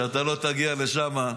שאתה לא תגיע לשם.